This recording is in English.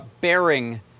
bearing